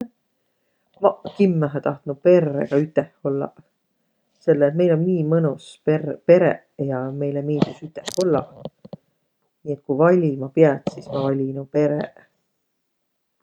Maq kimmähe tahtnuq perregaq üteh ollaq. Selle et meil om nii mõnus per- pereq ja meile miildüs üteh ollaq. Nii et ku valima piät, sis ma valinuq pereq.